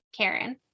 Karen